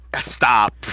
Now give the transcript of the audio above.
stop